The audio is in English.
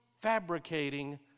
fabricating